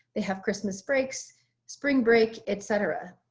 they have christmas breaks spring break, etc.